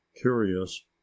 curious